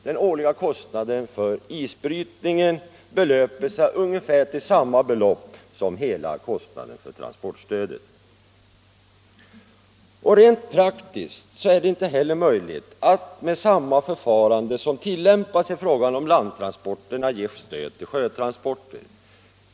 Den årliga kostnaden för isbrytningen belöper sig alltså till ungefär samma belopp som hela kostnaden för transportstödet. Rent praktiskt är det inte heller möjligt att med samma förfarande som tillämpas i fråga om landtransporterna ge stöd till sjötransporter.